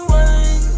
one